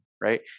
right